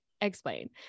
explain